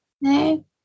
No